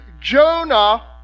Jonah